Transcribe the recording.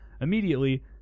immediately